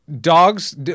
Dogs